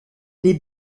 les